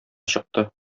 чыкты